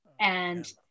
And-